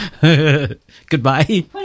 goodbye